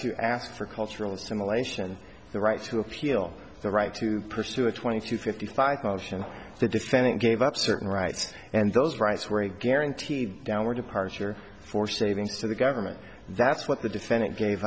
you asked for cultural simulation the right to appeal the right to pursue a twenty to fifty five motion the defendant gave up certain rights and those rights were a guaranteed downward departure for savings to the government that's what the defendant gave